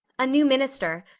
a new minister,